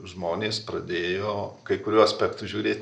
žmonės pradėjo kai kuriuo aspektu žiūrėt